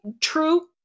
True